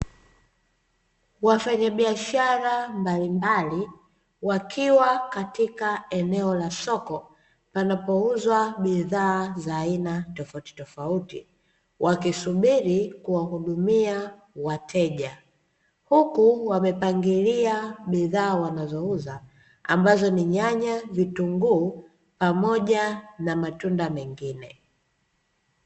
Wafanya biashara mbalimbali, wakiwa katika eneo la soko panapo uzwa bidhaa za aina tofauti tofauti wakisubiri kuwahudumia wateja. Huku wamepangilia bidhaa wanazo uza ambazo ni nyanya, vitunguu pamoja na matunda mengine.